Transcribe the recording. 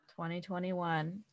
2021